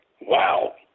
Wow